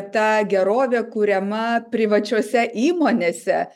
ta gerovė kuriama privačiose įmonėse